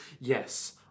Yes